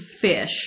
fish